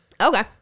okay